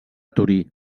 torí